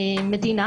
מהמדינה,